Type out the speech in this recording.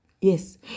Yes